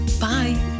bye